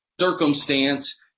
circumstance